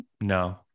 No